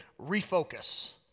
refocus